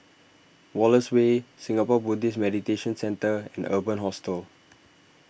Wallace Way Singapore Buddhist Meditation Centre and Urban Hostel